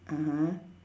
(uh huh)